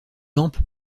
lampe